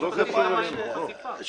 יש